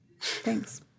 thanks